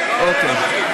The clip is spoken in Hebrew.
כן, כן.